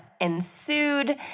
ensued